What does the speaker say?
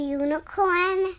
unicorn